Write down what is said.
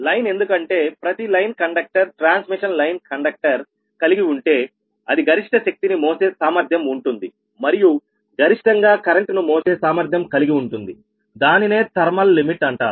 line ఎందుకంటే ప్రతి line conductor transmission line conductor కలిగి ఉంటే అది గరిష్ట శక్తిని మోసే సామర్ధ్యం ఉంటుంది మరియు గరిష్టంగా కరెంటును మోసే సామర్థ్యం కలిగి ఉంటుంది దానినే థర్మల్ లిమిట్ అంటారు